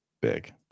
big